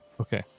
Okay